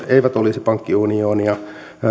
eivät olisi pankkiunionia